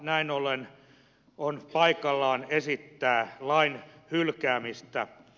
näin ollen on paikallaan esittää lain hylkäämistä